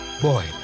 Boy